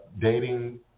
dating